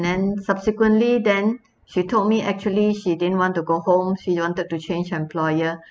then subsequently then she told me actually she didn't want to go home she wanted to change employer